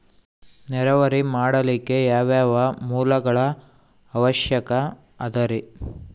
ನೇರಾವರಿ ಮಾಡಲಿಕ್ಕೆ ಯಾವ್ಯಾವ ಮೂಲಗಳ ಅವಶ್ಯಕ ಅದರಿ?